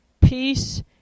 peace